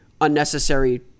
unnecessary